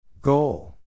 Goal